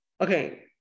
Okay